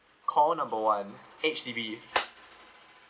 call number one H_D_B